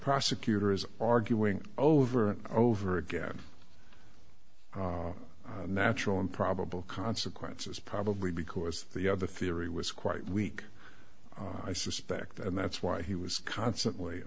prosecutor is arguing over and over again natural and probable consequences probably because the other theory was quite weak i suspect and that's why he was constantly